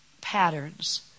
patterns